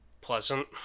pleasant